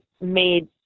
made